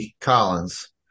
Collins